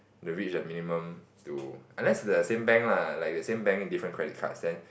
to reach a minimum to unless they are the same bank lah like the same bank different credit cards then